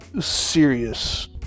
serious